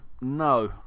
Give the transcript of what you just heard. No